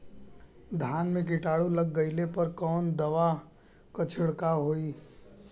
धान में कीटाणु लग गईले पर कवने दवा क छिड़काव होई?